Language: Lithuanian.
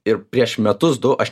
ir prieš metus du aš